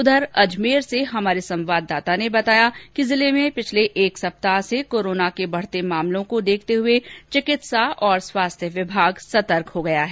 उधर अजमेर से हमारे संवाददाता ने बताया कि जिले में पिछले एक सप्ताह से कोरोना के बढ़ते मामलों को देखते हए चिकित्सा और स्वास्थ्य विभाग सतर्क हो गया है